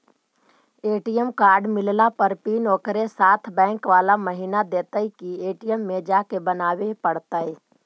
ATM card मिलला पर PIN ओकरे साथे बैक बाला महिना देतै कि ए.टी.एम में जाके बना बे पड़तै?